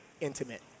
intimate